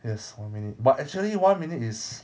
yes one minute but actually one minute is